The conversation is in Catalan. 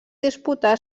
disputà